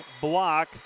block